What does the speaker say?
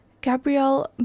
Gabrielle